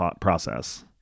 process